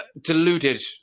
deluded